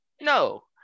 no